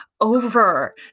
over